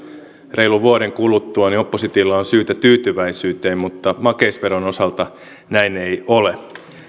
reilun vuoden kuluttua oppositiolla on syytä tyytyväisyyteen mutta makeisveron osalta näin ei ole